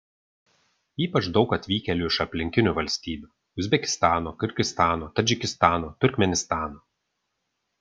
ypač daug atvykėlių iš aplinkinių valstybių uzbekistano kirgizstano tadžikistano turkmėnistano